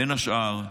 בין השאר,